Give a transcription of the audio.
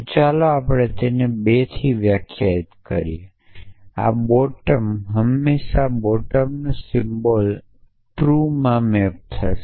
તો ચાલો કહીયે કે આપણે તેને 2 થી વ્યાખ્યાયિત કર્યું છે આ બોટમ હંમેશાં બોટમનો સિમ્બલ્સ હંમેશાં ટ્રૂમાં મૅપ થશે